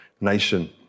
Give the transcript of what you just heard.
nation